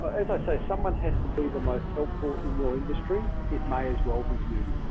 but as i say, someone has to be the most helpful in your industry, it may as well be you.